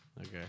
Okay